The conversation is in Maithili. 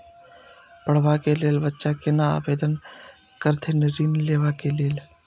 पढ़वा कै लैल बच्चा कैना आवेदन करथिन ऋण लेवा के लेल?